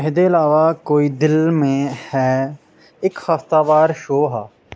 एह्दे अलावा कोई दिल में है इक हफ्तावार शो हा